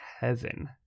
heaven